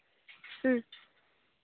ᱦᱮᱸ